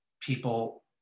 people